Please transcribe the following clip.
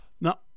Now